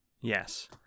Yes